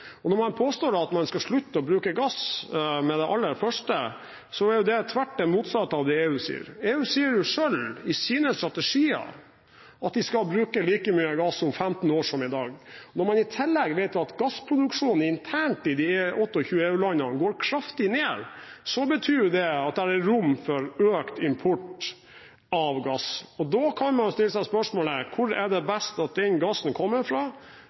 Når man påstår at man skal slutte å bruke gass med det aller første, er det det stikk motsatte av det EU sier. EU sier selv i sine strategier at de skal bruke like mye gass om 15 år som i dag. Når man i tillegg vet at gassproduksjonen internt i de 28 EU-landene går kraftig ned, betyr det at det er rom for økt import av gass. Da kan man stille seg spørsmålet: Hvor er det best at den gassen kommer fra